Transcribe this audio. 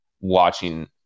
watching